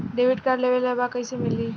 Debit card लेवे के बा कईसे मिली?